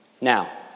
now